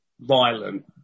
violent